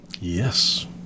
Yes